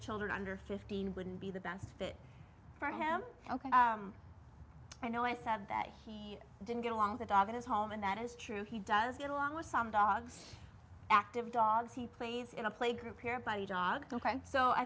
children under fifteen wouldn't be the best fit for him ok i know i said that he didn't get along the dog is home and that is true he does get along with some dogs active dogs he plays in a play group here buddy dog ok so i